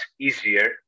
easier